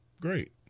great